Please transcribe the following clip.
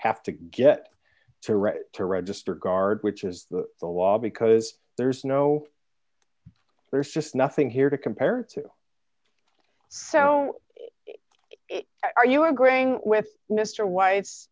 have to get to read to register guard which is the the law because there's no there's just nothing here to compare to so it are you agreeing with mr weis